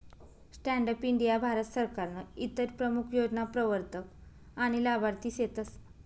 stand up India Bharat सरकारनं इतर प्रमूख योजना प्रवरतक आनी लाभार्थी सेतस